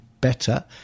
better